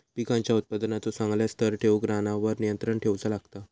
पिकांच्या उत्पादनाचो चांगल्या स्तर ठेऊक रानावर नियंत्रण ठेऊचा लागता